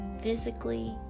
physically